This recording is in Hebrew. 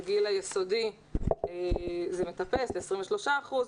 בגיל בית הספר היסודי האחוז מטפס ל-23 אחוזים.